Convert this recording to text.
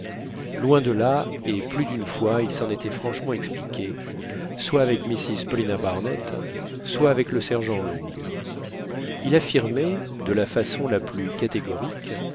loin de là et plus d'une fois il s'en était franchement expliqué soit avec mrs paulina barnett soit avec le sergent long il affirmait de la façon la plus catégorique